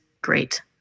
great